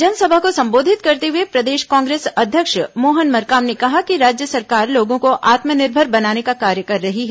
जनसभा को संबोधित करते हुए प्रदेश कांग्रेस अध्यक्ष मोहन मरकाम ने कहा कि राज्य सरकार लोगों को आत्मनिर्भर बनाने का कार्य कर रही है